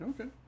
Okay